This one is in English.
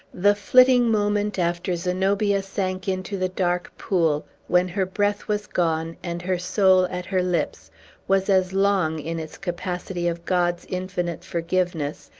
the flitting moment after zenobia sank into the dark pool when her breath was gone, and her soul at her lips was as long, in its capacity of god's infinite forgiveness,